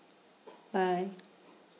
bye